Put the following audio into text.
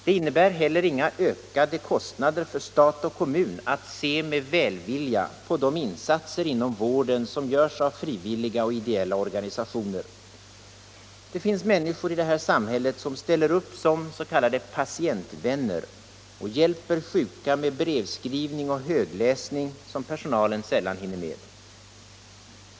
Det innebär heller inga ökade kostnader för stat och kommun att se med välvilja på de insatser inom vården som görs av frivilliga och ideella organisationer. Det finns människor i det här samhället som ställer upp Allmänpolitisk debatt Allmänpolitisk debatt som s.k. patientvänner och hjälper sjuka med brevskrivning och högläsning som personalen sällan hinner med.